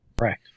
right